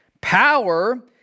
Power